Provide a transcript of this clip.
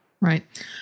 Right